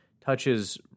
touches